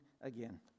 again